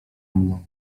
mną